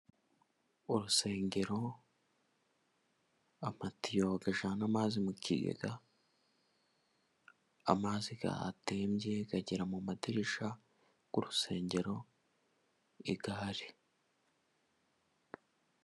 Urusengero, amatiyo ajyana amazi mu kigega, amazi yatembye agera mu madirishya y'urusengero, igare.